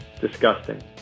disgusting